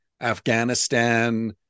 Afghanistan